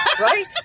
Right